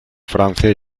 francia